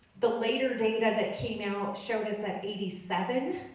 the later data that came out showed us at eighty seven,